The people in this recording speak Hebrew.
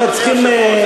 אלא צריכים,